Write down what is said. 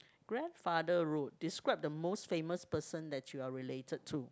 grandfather road describes the most famous person that you are related to